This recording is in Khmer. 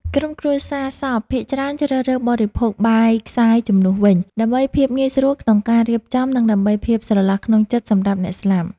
ក្រុមគ្រួសារសពភាគច្រើនជ្រើសរើសបរិភោគបាយខ្សាយជំនួសវិញ ដើម្បីភាពងាយស្រួលក្នុងការរៀបចំ និងដើម្បីភាពស្រឡះក្នុងចិត្តសម្រាប់អ្នកស្លាប់។